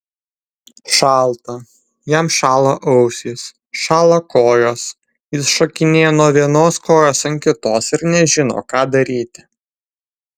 šalta jam šąla ausys šąla kojos jis šokinėja nuo vienos kojos ant kitos ir nežino ką daryti